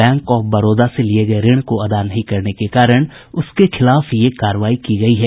bank of Baroda से लिये गये ऋण को अदा नहीं करने के कारण उसके खिलाफ ये कार्रवाई की गयी है